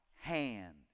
hand